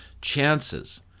chances